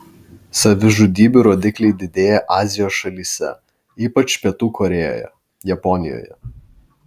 savižudybių rodikliai didėja azijos šalyse ypač pietų korėjoje japonijoje